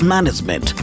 Management